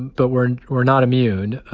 but we're we're not immune.